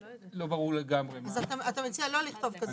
לא ברור לגמרי מה -- אז אתה מציע לא לכתוב כזאת